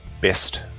best